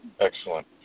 Excellent